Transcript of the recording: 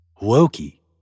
Loki